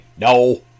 No